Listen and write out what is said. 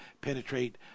penetrate